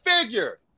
figure